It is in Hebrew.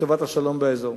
לטובת השלום באזור.